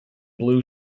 blue